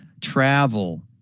travel